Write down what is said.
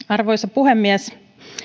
arvoisa puhemies